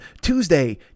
Tuesday